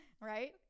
right